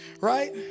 right